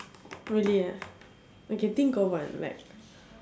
really ah okay think of one like